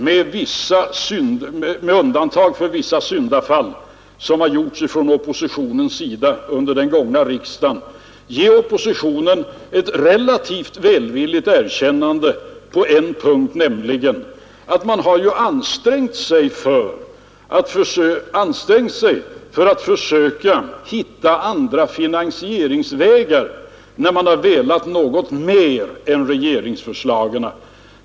Med undantag för vissa syndafall under den här riksdagen vill jag ändå ge oppositionen ett relativt välvilligt erkännande på en punkt, nämligen att man har ansträngt sig för att söka hitta andra finansieringsvägar när man har velat föreslå något mer än regeringen.